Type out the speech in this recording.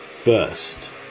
First